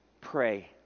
pray